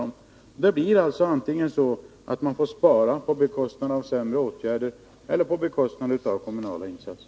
Man måste alltså spara, vilket innebär antingen sämre åtgärder eller ökade kommunala insatser.